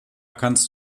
kannst